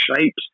shapes